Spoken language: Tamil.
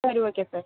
சரி ஓகே சார்